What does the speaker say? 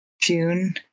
june